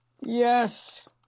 Yes